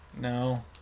no